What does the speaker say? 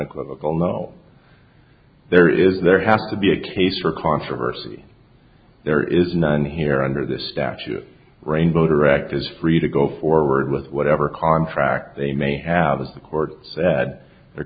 unequivocal no there is there has to be a case or controversy there is none here under this statute rainbow director is free to go forward with whatever contract they may have as the court said the